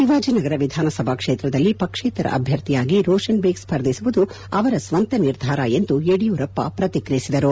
ಶಿವಾಜಿನಗರ ವಿಧಾನಸಭಾ ಕ್ಷೇತ್ರದಲ್ಲಿ ಪಕ್ಷೇತರ ಅಭ್ಯರ್ಥಿಯಾಗಿ ರೋಷನ್ ಬೇಗ್ ಸ್ಪರ್ಧಿಸುವುದು ಅವರ ಸ್ವಂತ ನಿರ್ಧಾರ ಎಂದು ಯಡಿಯೂರಪ್ಪ ಪ್ಪಕ್ರಿಯಿಸಿದರು